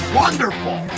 wonderful